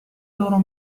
loro